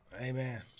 Amen